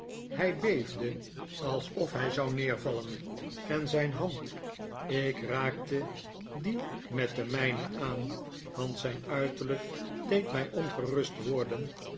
hij beefde alsof hij zou neervallen en zijn hand ik raakte die met de mijne aan want zijn uiterlijk deed mij ongerust worden